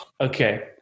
Okay